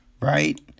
right